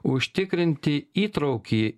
užtikrinti įtraukį